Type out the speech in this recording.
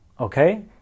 Okay